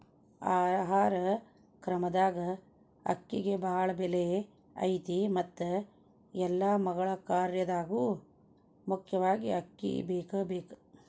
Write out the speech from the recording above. ಆಹಾರ ಕ್ರಮದಾಗ ಅಕ್ಕಿಗೆ ಬಾಳ ಬೆಲೆ ಐತಿ ಮತ್ತ ಎಲ್ಲಾ ಮಗಳ ಕಾರ್ಯದಾಗು ಮುಖ್ಯವಾಗಿ ಅಕ್ಕಿ ಬೇಕಬೇಕ